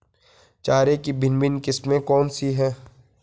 चारे की भिन्न भिन्न किस्में कौन सी हैं?